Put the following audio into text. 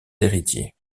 héritiers